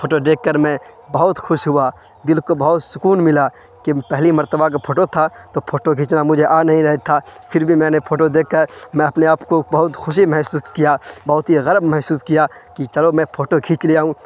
photo دیکھ کر میں بہت خوش ہوا دل کو بہت سکون ملا کہ پہلی مرتبہ کا فوٹو تھا تو فوٹو کھینچنا مجھے آ نہیں رہا تھا فر بھی میں نے فوٹو دیکھ کر میں اپنے آپ کو بہت خوشی محسوس کیا بہت ہی گرو محسوس کیا کہ چلو میں فوٹو کھینچ لیا ہوں